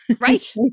Right